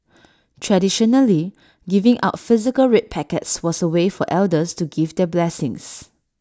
traditionally giving out physical red packets was A way for elders to give their blessings